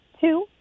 Two